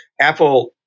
Apple